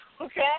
okay